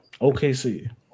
OKC